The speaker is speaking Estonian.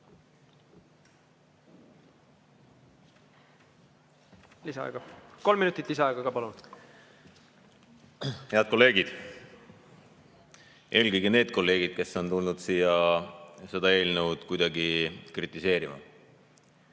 Lisaaega ka? Kolm minutit lisaaega. Head kolleegid! Eelkõige need kolleegid, kes on tulnud siia seda eelnõu kuidagi kritiseerima!